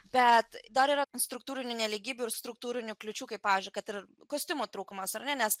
bet dar yra struktūrinių nelygybių ir struktūrinių kliūčių kaip pavyzdžiui kad ir kostiumo trūkumas ar ne nes